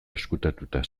ezkutatuta